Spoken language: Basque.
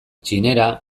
txinera